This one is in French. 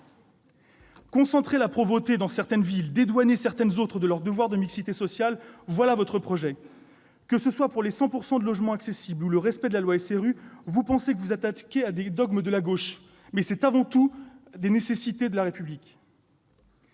Concentrer la pauvreté dans certaines villes et dédouaner certaines autres de leur devoir de mixité sociale, voilà votre projet ! Qu'il s'agisse des 100 % de logements accessibles ou du respect de la loi SRU, vous pensez vous attaquer à des dogmes de la gauche ; mais c'est avant tout à des nécessités de notre République